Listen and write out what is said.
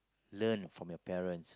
learn from your parents